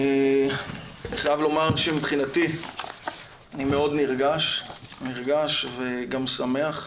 אני חייב לומר שמבחינתי אני מאוד נרגש וגם שמח.